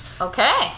Okay